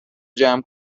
جمع